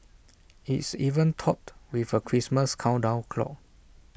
it's even topped with A Christmas countdown clock